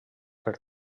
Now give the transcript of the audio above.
per